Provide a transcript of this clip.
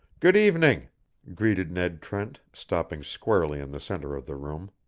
good-evening, greeted ned trent, stopping squarely in the centre of the room.